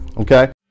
Okay